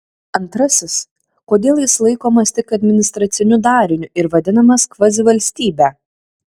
antrasis kodėl jis laikomas tik administraciniu dariniu ir vadinamas kvazivalstybe